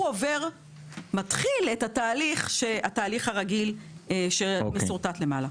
מתחיל את התהליך הרגיל שמשורטט למעלה.